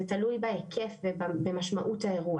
זה תלוי בהיקף ובמשמעות האירוע